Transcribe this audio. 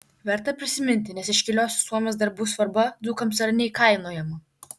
verta prisiminti nes iškiliosios suomės darbų svarba dzūkams yra neįkainojama